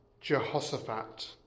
Jehoshaphat